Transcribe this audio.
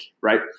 Right